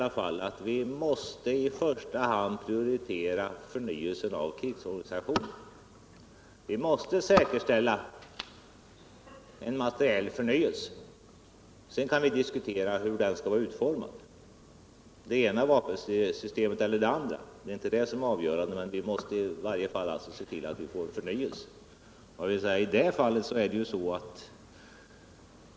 Men jag hoppas ändå att vi är överens om — Eric Holmqvist och jag — att vi i första hand måste prioritera förnyelse av krigsorganisationen, säkerställa en materiell förnyelse. Sedan kan vi diskutera hur den skall ske, med det ena vapensystemet eller det andra. Det är inte det avgörande, utan vi måste se till att få en förnyelse.